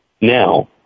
Now